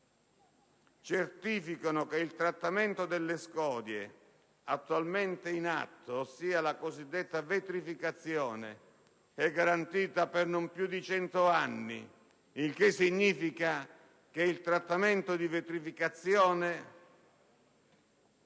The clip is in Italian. certificano che il trattamento delle scorie attualmente in atto (ossia la cosiddetta vetrificazione) è garantito per non più di 100 anni. Ciò significa che il trattamento di vetrificazione